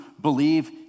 believe